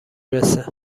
رسه